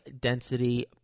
Density